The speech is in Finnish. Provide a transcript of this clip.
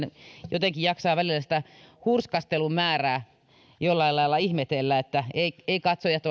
jotenkin jaksaa sitä hurskastelun määrää jollain lailla ihmetellä eivät katsojat